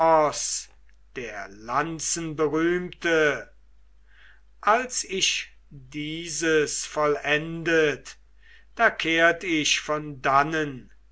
der lanzenberühmte als ich dieses vollendet da kehrt ich von dannen